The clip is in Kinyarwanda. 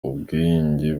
ubwiyunge